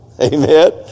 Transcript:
Amen